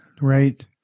Right